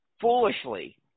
foolishly